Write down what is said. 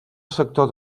sector